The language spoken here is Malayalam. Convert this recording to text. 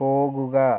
പോകുക